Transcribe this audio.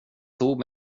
tog